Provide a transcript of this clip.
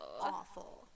awful